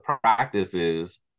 practices